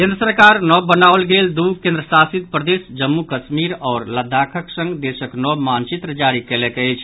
केन्द्र सरकार नव बनाओल गेल दू केन्द्र शासित प्रदेश जम्मू कश्मीर आओर लद्दाखक संग देशक नव मानचित्र जारी कयलक अछि